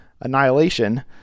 Annihilation